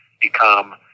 become